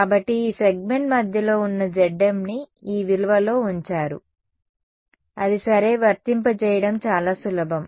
కాబట్టి ఈ సెగ్మెంట్ మధ్యలో ఉన్న zm ని ఈ విలువలో ఉంచారు అది సరే వర్తింపజేయడం చాలా సులభం